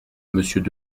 monsieur